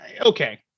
okay